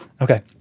Okay